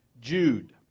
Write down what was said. Jude